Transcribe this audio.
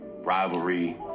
rivalry